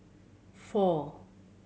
four